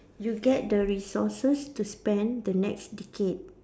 you get the resources to spend the next decade